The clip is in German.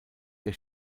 der